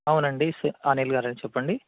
అవునండి అనిల్ గారే చెప్పండి